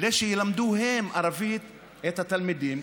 כדי שילמדו הם ערבית את התלמידים,